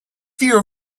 fear